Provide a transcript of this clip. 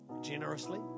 generously